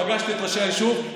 פגשתי את ראשי היישוב.